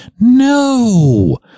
No